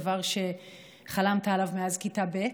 דבר שחלמת עליו מאז כיתה ב'.